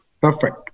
Perfect